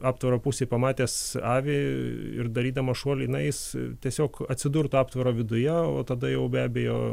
aptvaro pusėj pamatęs avį ir darydamas šuolį na jis tiesiog atsidurtų aptvaro viduje o tada jau be abejo